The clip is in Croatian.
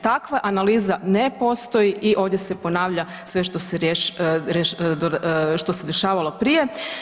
Takva analiza ne postoji i ovdje se ponavlja sve što se dešavalo prije.